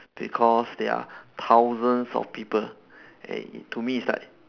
because there are thousands of people and to me it's like